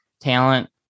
talent